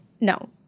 no